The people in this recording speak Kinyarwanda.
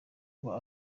kuba